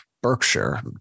Berkshire